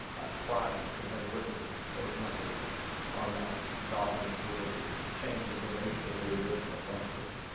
a crime to have written those numbers on that document because it changes the nature of the original document.